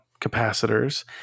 capacitors